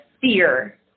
fear